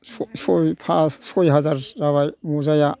सय पास सयहाजार जाबाय मजाया